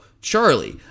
Charlie